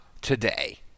today